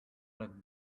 like